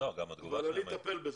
אבל אני אטפל בזה.